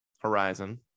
horizon